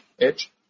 edge